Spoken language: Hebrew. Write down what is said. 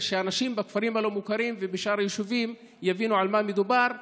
כדי שאנשים בכפרים הלא-מוכרים ובשאר היישובים יבינו על מה מדובר,